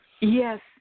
Yes